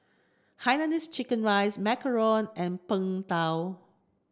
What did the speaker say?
Hainanese chicken rice Macaron and Png Tao